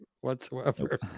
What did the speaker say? whatsoever